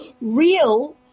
real